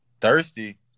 Thirsty